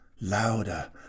louder